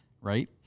right